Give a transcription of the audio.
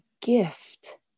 gift